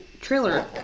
trailer